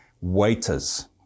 waiters